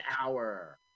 Hour